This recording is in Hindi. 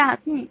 ग्राहक हम्म